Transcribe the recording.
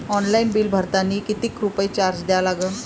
Online bill भरतानी कितीक रुपये चार्ज द्या लागन?